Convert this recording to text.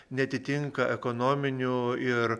neatitinka ekonominių ir